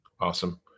Awesome